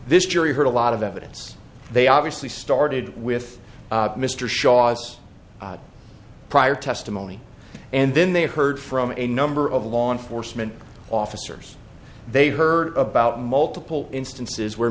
this jury heard a lot of evidence they obviously started with mr shaw's prior testimony and then they heard from a number of law enforcement officers they heard about multiple instances where